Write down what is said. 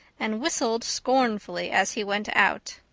and whistled scornfully as he went out.